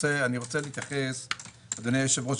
אדוני היושב-ראש,